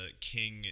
king